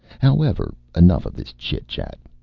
however, enough of this chit-chat.